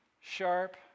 sharp